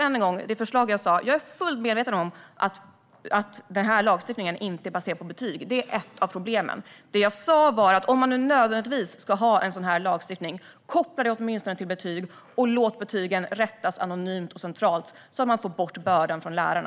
Än en gång är jag fullt medveten om att den här lagstiftningen inte är baserad på betyg. Det är ett av problemen. Det jag sa var att om man nödvändigtvis ska ha en sådan här lagstiftning borde man åtminstone koppla den till betyg och låta proven rättas anonymt och centralt, så får man bort bördan från lärarna.